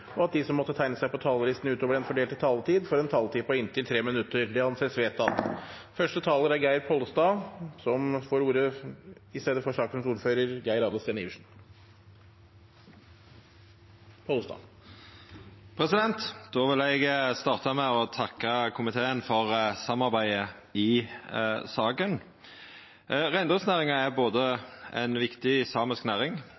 og at de som måtte tegne seg på talerlisten utover den fordelte taletid, får en taletid på inntil 3 minutter. – Det anses vedtatt. Då vil eg starta med å takka komiteen for samarbeidet i